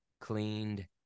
cleaned